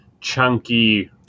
chunky